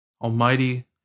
Almighty